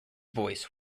voice